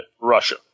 Russia